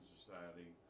Society